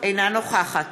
אינה נוכחת